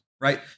right